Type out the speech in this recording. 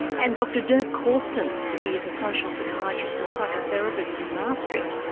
and dr dirk corstens is a social psychiatrist and psychotherapist in maastricht